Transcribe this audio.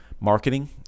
marketing